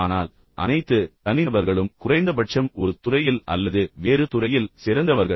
ஆனால் அனைத்து தனிநபர்களும் குறைந்தபட்சம் ஒரு துறையில் அல்லது வேறு துறையில் சிறந்தவர்கள்